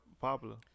popular